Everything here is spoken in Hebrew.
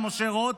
משה רוט,